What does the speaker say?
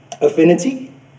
Affinity